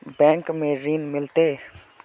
Bank में ऋण मिलते?